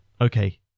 Okay